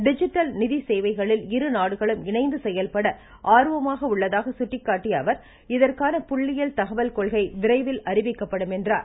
digital நிதி சேவைகளில் இருநாடுகளும் இணைந்து செயல்பட ஆர்வமாக உள்ளதாக சுட்டிக்காட்டிய அவர் இதற்கான புள்ளியியல் தகவல் கொள்கை விரைவில் அறிவிக்கப்படும் என்றார்